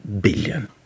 billion